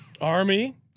Army